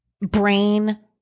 brain